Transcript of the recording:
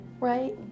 right